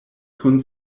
kun